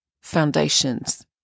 foundations